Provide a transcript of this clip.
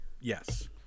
yes